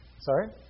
sorry